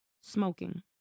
smoking